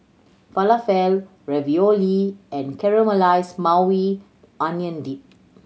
Falafel Ravioli and Caramelized Maui Onion Dip